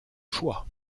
choix